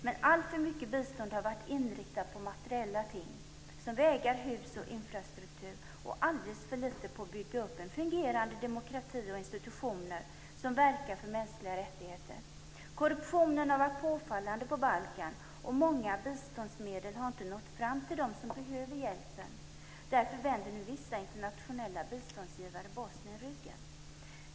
Men alltför mycket bistånd har varit inriktat på materiella ting som vägar, hus och infrastruktur, och alldeles för lite på att bygga upp en fungerande demokrati och institutioner som verkar för mänskliga rättigheter. Korruptionen har varit påfallande på Balkan, och mycket biståndsmedel har inte nått fram till dem som behöver hjälpen. Därför vänder nu vissa internationella biståndsgivare Bosnien ryggen.